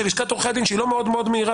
שלשכת עורכי הדין שהיא לא מאוד מאוד מהירה